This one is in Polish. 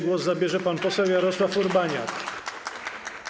Głos zabierze pan poseł Jarosław Urbaniak.